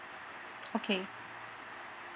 okay